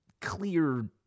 clear